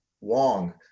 Wong